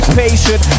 patient